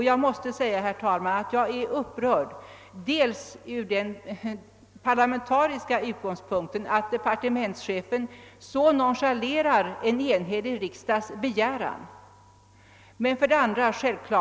Jag är, herr talman, upprörd för det första från den parlamentariska utgångspunkten att departementschefen så nonchalerar en enhällig riksdags begäran och för det andra naturligtvis.